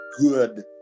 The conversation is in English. good